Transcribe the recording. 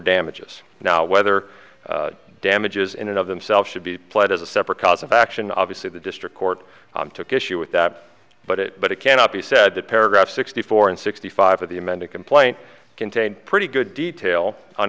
damages now whether damages in and of themselves should be applied as a separate cause of action obviously the district court took issue with that but it but it cannot be said that paragraph sixty four and sixty five of the amended complaint contains pretty good detail on